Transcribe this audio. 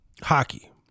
Hockey